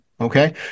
okay